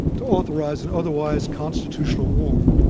to authorize an otherwise constitutional war.